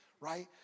Right